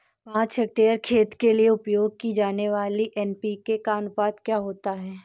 पाँच हेक्टेयर खेत के लिए उपयोग की जाने वाली एन.पी.के का अनुपात क्या होता है?